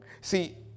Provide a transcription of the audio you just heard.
See